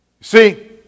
See